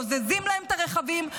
בוזזים להם את הרכבים,